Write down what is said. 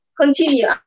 Continue